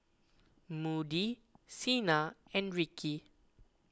Moody Cena and Rikki